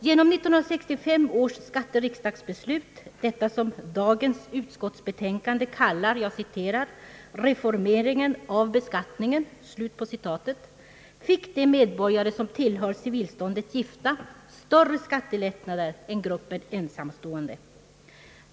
Genom 1965 års riksdagsbeslut, som dagens utskottsbetänkande kallar »reformeringen av beskattningen», fick de medborgare som tillhör civilståndet gifta större skattelättnader än gruppen ensamstående.